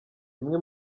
imwe